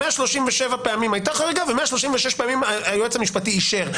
137 פעמים הייתה חריגה ו-136 פעמים היועץ המשפטי אישר.